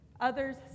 others